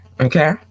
Okay